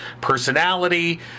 personality